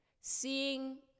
seeing